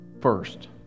first